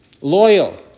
loyal